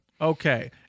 Okay